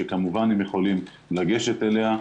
שכמובן הם יכולים לגשת אליה.